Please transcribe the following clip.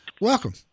welcome